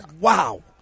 Wow